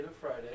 Friday